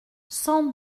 cent